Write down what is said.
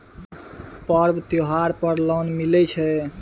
पर्व त्योहार पर लोन मिले छै?